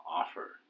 offer